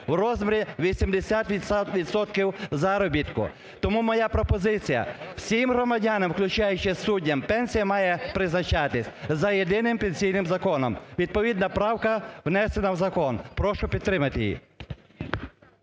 в розмірі 80 відсотків заробітку. Тому моя пропозиція. Всім громадянам, включаючи суддів, пенсія має призначатися за єдиним пенсійним законом. Відповідна правка внесена в закон. Прошу підтримати її.